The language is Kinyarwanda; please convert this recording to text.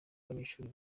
abanyeshuri